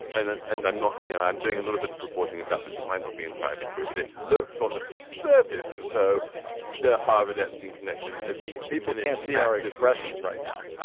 and ah and i'm not you know i'm doing a little bit of reporting about this it might not be entirely true but it looks on the surface as though the harvard epstein connection at least people can see our expressions right now.